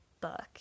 book